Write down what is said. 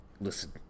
Listen